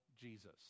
Jesus